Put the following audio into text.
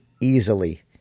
easily